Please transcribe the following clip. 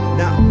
now